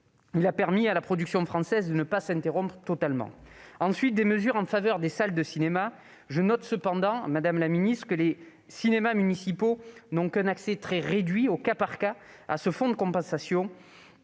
Il a permis à la production française de ne pas s'interrompre totalement. Ensuite, des mesures ont été prises en faveur des salles de cinéma. Je note cependant que les cinémas municipaux n'ont qu'un accès très réduit, « au cas par cas », à ce fonds de compensation,